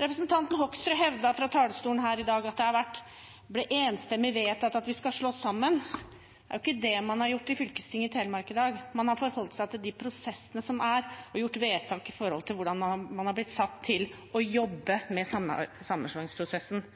Representanten Hoksrud hevdet fra talerstolen her i dag at det ble enstemmig vedtatt at vi skal slås sammen. Det er jo ikke det man har gjort i fylkestinget i Telemark i dag. Man har forholdt seg til de prosessene som er, og gjort vedtak med hensyn til hvordan man har blitt satt til å jobbe med sammenslåingsprosessen.